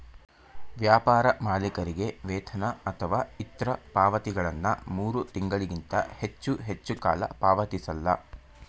ವ್ಯಾಪಾರ ಮಾಲೀಕರಿಗೆ ವೇತನ ಅಥವಾ ಇತ್ರ ಪಾವತಿಗಳನ್ನ ಮೂರು ತಿಂಗಳಿಗಿಂತ ಹೆಚ್ಚು ಹೆಚ್ಚುಕಾಲ ಪಾವತಿಸಲ್ಲ